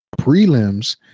prelims